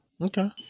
Okay